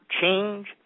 change